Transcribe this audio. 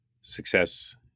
Success